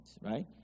right